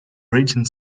raging